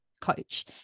coach